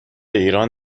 ایران